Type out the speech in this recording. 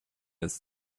its